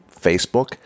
Facebook